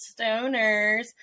stoners